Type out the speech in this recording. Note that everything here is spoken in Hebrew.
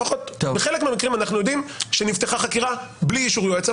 לפחות בחלק מהמקרים אנחנו יודעים שנפתחה חקירה בלי אישור יועץ,